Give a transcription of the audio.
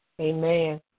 Amen